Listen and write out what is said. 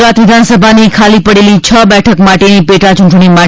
ગુજરાત વિધાનસભાની ખાલી પડેલી છ બેઠક માટેની પેટાચૂંટણી માટે